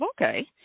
okay